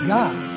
God